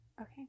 Okay